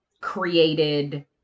created